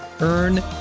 Earn